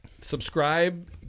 Subscribe